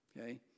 okay